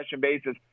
basis